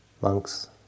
monks